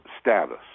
status